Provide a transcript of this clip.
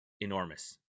enormous